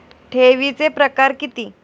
ठेवीचे प्रकार किती?